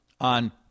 on